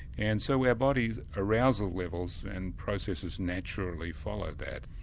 and so our body arousal levels and processes naturally follow that.